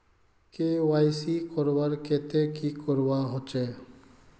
KYC करवार केते की करवा होचए?